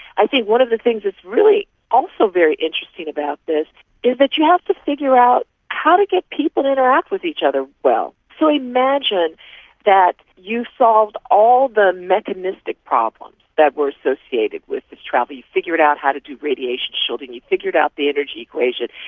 i think one of the things that's really also very interesting about this is that you have to figure out how to get people to interact with each other well. so imagine that you solved all the mechanistic problems that were associated with this travel, you figured out how to do radiation shielding, you figured out the energy equation,